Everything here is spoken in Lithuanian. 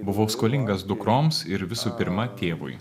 buvau skolingas dukroms ir visų pirma tėvui